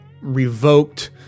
revoked